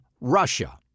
Russia